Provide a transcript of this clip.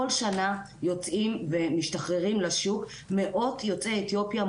כל שנה יוצאים ומשתחררים לשוק מאות יוצא אתיופיה מוכשרים,